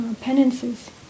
penances